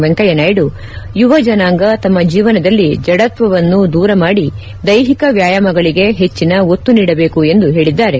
ವೆಂಕಯ್ಯನಾಯ್ದು ಯುವ ಜನಾಂಗ ತಮ್ಮ ಜೀವನದಲ್ಲಿ ಜಡತ್ವವನ್ನು ದೂರ ಮಾದಿ ದೈಹಿಕ ವ್ಯಾಯಾಮಗಳಿಗೆ ಹೆಚ್ಚಿನ ಒತ್ತು ನೀಡಬೇಕು ಎಂದು ಹೇಳಿದ್ದಾರೆ